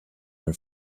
are